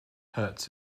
hurts